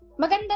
Maganda